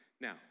Now